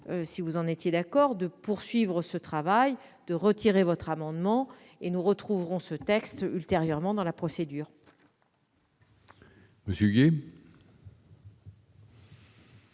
si vous en étiez d'accord, de poursuivre le travail et de retirer votre amendement. Nous retrouverons ce texte ultérieurement. Monsieur